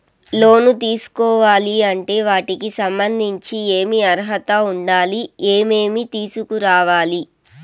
లోను తీసుకోవాలి అంటే వాటికి సంబంధించి ఏమి అర్హత ఉండాలి, ఏమేమి తీసుకురావాలి